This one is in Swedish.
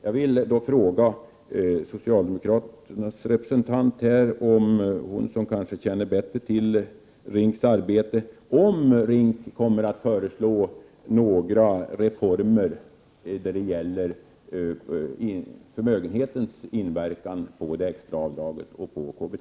Jag vill då fråga socialdemokraternas representant, som kanske känner bättre till RINK:s arbete, om RINK kommer att föreslå några reformer när det gäller förmögenhetens inverkan på det extra avdraget och på KBT.